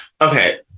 okay